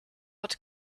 what